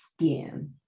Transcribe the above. skin